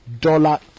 dollar